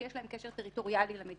שיש להן קשר טריטוריאלי למדינה.